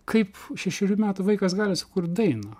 kaip šešerių metų vaikas gali sukurt dainą